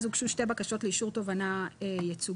אז הוגשו שתי בקשות לאישור תובענה ייצוגית.